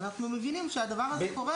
אבל אנחנו מבינים שהדבר הזה קורה,